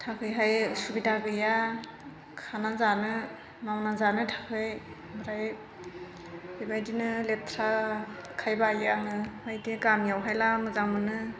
थाखायहाय सुबिदा गैया खाना जानो मावना जानो थाखाय आमफ्राय बेबादिनो लेथ्राखाय बियो आंङो आमफ्राय गामियावहायला मोजां मोनो